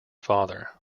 father